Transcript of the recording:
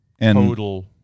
total